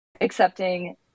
accepting